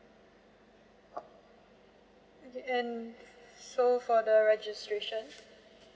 okay and so for the registration